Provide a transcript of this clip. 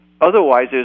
Otherwise